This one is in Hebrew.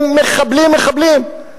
הם מחבלים-מחבלים.